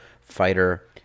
fighter